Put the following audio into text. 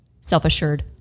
self-assured